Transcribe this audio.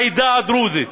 לעדה הדרוזית.